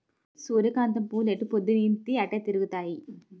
సూర్యకాంతం పువ్వులు ఎటుపోద్దున్తీ అటే తిరుగుతాయి